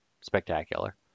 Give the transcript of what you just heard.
spectacular